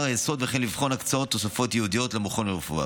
היסוד וכן לבחון הקצאות תוספות ייעודיות למכון לרפואה.